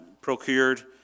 procured